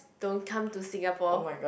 don't come to Singapore